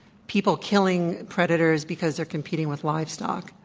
people killing predators because they're competing with livestock,